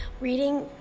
Reading